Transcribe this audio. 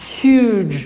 huge